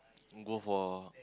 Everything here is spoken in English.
go for